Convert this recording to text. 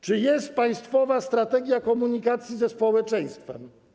Czy jest państwowa strategia komunikacji ze społeczeństwem?